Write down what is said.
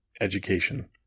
education